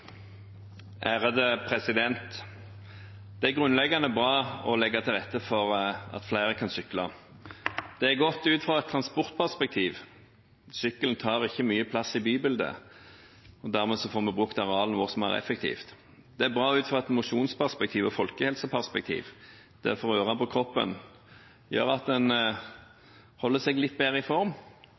grunnleggende bra å legge til rette for at flere kan sykle. Det er godt ut fra et transportperspektiv: Sykkelen tar ikke mye plass i bybildet og dermed får vi brukt arealene våre mer effektivt. Det er bra ut fra et mosjonsperspektiv og folkehelseperspektiv: Det å få røre på kroppen gjør at en holder seg litt bedre i form.